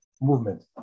movement